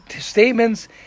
statements